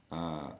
ah